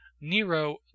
Nero